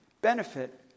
benefit